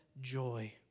joy